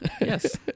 Yes